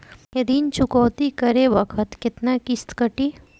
ऋण चुकौती करे बखत केतना किस्त कटी?